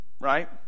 Right